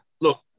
look